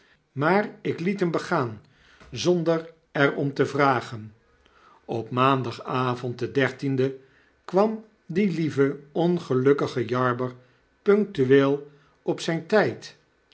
maar ik liet hem begaan zonder er naar te vragen op maandagavond den dertienden kwam die lieve ongelukkige jarber punctueel op zyn tyd